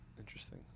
Interesting